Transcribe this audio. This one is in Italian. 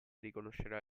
riconoscerà